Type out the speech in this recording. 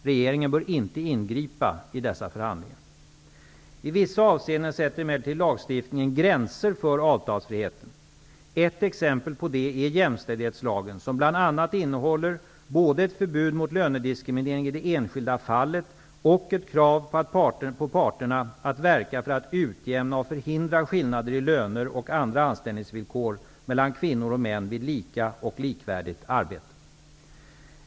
Regeringen bör inte ingripa i dessa förhandlingar. I vissa avseenden sätter emellertid lagstiftningen gränser för avtalsfriheten. Ett exempel på detta är jämställdhetslagen, som bl.a. innehåller både ett förbud mot lönediskriminering i det enskilda fallet och ett krav på parterna att verka för att utjämna och förhindra skillnader i löner och andra anställningsvillkor mellan kvinnor och män vid lika och likvärdigt arbete.